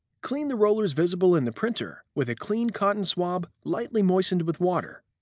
clean the rollers visible in the printer with a clean cotton swab lightly moistened with water.